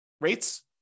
rates